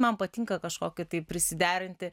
man patinka kažkokį tai prisiderinti